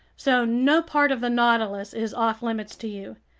so no part of the nautilus is off-limits to you.